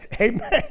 Amen